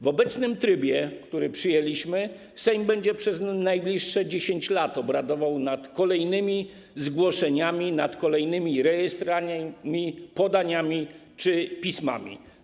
W obecnym trybie, który przyjęliśmy, Sejm przez najbliższych 10 lat będzie obradował nad kolejnymi zgłoszeniami, kolejnymi rejestrami, podaniami czy pismami.